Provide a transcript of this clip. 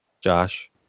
Josh